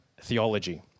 theology